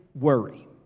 worry